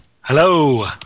Hello